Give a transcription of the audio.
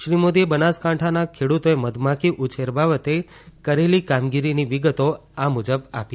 શ્રી મોદીએ બનાસકાંઠાના ખેડૂતોએ મધમાખી ઉછેર બાબતે કરેલી કામગીરીની વિગતો આ મુજબ આપી